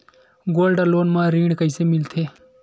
Gold loan म ऋण कइसे मिलथे?